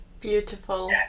Beautiful